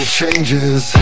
changes